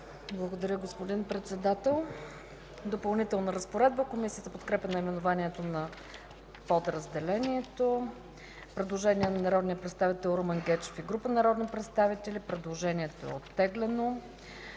Благодаря, господин Председател. „Допълнителна разпоредба”. Комисията подкрепя наименованието на подразделението. Предложение на народните представители Румен Гечев и група народни представители. Предложението е оттеглено.